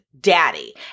daddy